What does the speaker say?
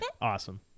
Awesome